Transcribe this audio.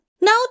no